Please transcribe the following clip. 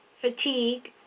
fatigue